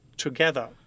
together